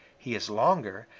he is longer,